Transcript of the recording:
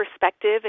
perspective